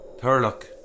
Thurlock